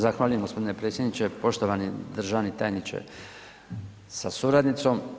Zahvaljujem gospodine predsjedniče, poštovani državni tajniče sa suradnicom.